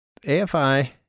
AFI